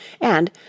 And